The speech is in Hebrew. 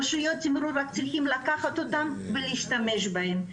רשויות התמרור רק צריכות לקחת אותם ולהשתמש בהם.